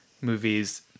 movies